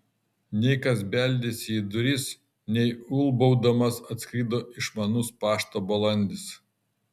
nei kas beldėsi į duris nei ulbaudamas atskrido išmanus pašto balandis